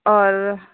और